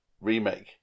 remake